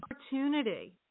opportunity